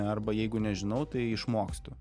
arba jeigu nežinau tai išmokstu